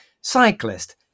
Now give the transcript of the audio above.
cyclist